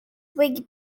wig